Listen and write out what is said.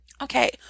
Okay